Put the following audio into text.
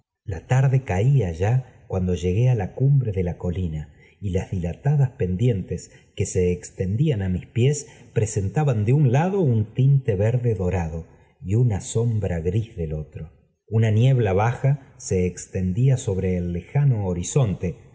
la tarde caía ya cuando llegué é la cumbre de la colina y las dilatadas pendientes que se exten dían á mis pies presentaban de un lado un tinte verde dorado y una sombra gris del otro una niebla baja se extendía sobre el lejano horizonte